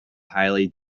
highly